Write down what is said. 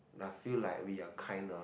like i feel like we are kinda